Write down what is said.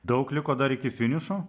daug liko dar iki finišo